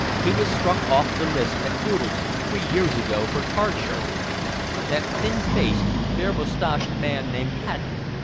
he was struck off the list at boodle's three years ago for card-sharping that thin-faced, fair-mustached man named cadby.